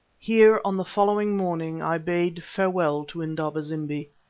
here on the following morning i bade farewell to indaba-zimbi.